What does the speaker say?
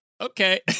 okay